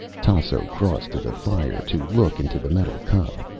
tasso crossed to the fire to look into the metal cup.